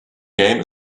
game